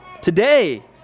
today